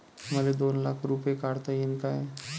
मले दोन लाख रूपे काढता येईन काय?